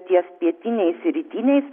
ties pietiniais ir rytiniais